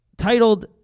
Titled